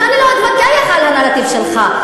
ואני לא אתווכח על הנרטיב שלך,